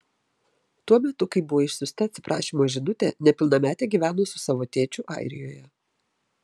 tuo metu kai buvo išsiųsta atsiprašymo žinutė nepilnametė gyveno su savo tėčiu airijoje